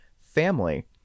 family